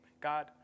God